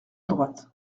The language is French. droite